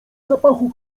zapachu